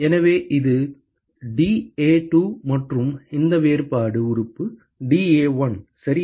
எனவே இது dA2 மற்றும் இந்த வேறுபாடு உறுப்பு dA1 சரியா